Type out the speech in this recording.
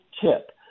tip